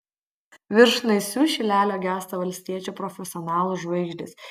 virš naisių šilelio gęsta valstiečių profesionalų žvaigždės